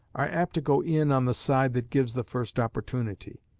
are apt to go in on the side that gives the first opportunity.